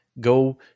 Go